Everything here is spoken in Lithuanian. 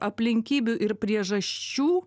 aplinkybių ir priežasčių